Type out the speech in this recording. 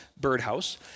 birdhouse